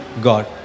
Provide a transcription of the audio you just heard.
God